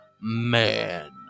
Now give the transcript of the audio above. Man